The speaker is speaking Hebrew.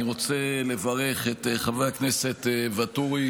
אני רוצה לברך את חבר הכנסת ואטורי